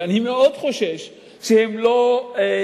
אבל אני מאוד חושש שהם לא תמצתו.